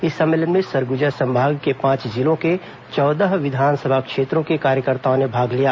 इस सम्मेलन में सरगुजा संभाग के पांच जिलों के चौदह विधानसभा क्षेत्रों के कार्यकर्ताओं ने भाग लिया